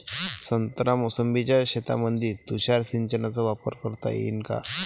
संत्रा मोसंबीच्या शेतामंदी तुषार सिंचनचा वापर करता येईन का?